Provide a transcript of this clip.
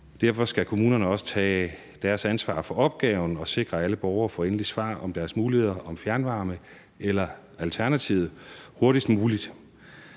derfor skal kommunerne også tage deres ansvar for opgaven og sikre, at alle borgere får endeligt svar om deres muligheder for at få fjernvarme eller om alternativerne hurtigst muligt.